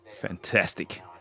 Fantastic